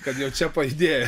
kad jau čia pajudėjo